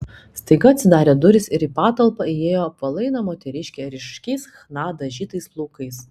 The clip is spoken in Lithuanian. staiga atsidarė durys ir į patalpą įėjo apvalaina moteriškė ryškiais chna dažytais plaukais